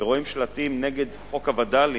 ורואים שלטים נגד חוק הווד"לים,